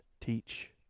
teach